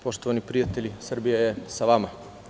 Poštovani prijatelji, Srbija je sa vama.